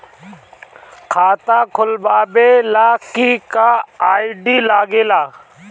खाता खोलवावे ला का का आई.डी लागेला?